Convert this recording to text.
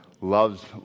loves